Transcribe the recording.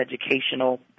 educational